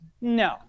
No